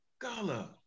Gala